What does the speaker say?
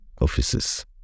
offices